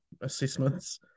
assessments